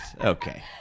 Okay